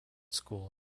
school